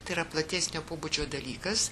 tai yra platesnio pobūdžio dalykas